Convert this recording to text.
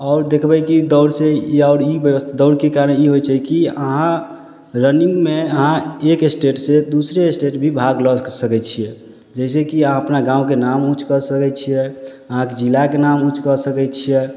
आओर देखबै की दौड़ से ई आओर ई व्यवस्था दौड़के कारण ई होइ छै कि अहाँ रनिंगमे अहाँ एक स्टेट से दूसरे स्टेट भी भाग लऽ सकै छियै जैसेकि अहाँ अपना गाँवके नाम ऊॅंच कऽ सकै छियै अहाँके जिलाके नाम ऊॅंच कऽ सकै छियै